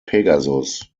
pegasus